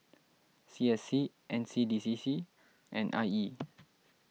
C S C N C D C C and I E